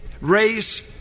race